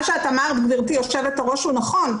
מה שאמרת גבירתי היו"ר הוא נכון,